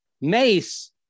Mace